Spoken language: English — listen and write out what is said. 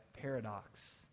paradox